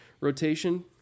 rotation